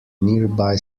nearby